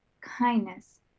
kindness